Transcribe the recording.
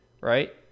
right